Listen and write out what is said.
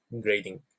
grading